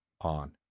on